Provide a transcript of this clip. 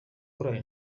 korali